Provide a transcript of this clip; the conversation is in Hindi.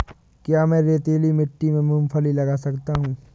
क्या मैं रेतीली मिट्टी में मूँगफली लगा सकता हूँ?